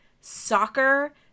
soccer